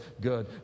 good